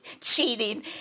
cheating